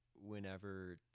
whenever